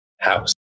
house